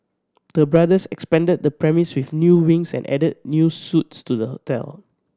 the brothers expanded the premise with new wings and added new suites to the hotel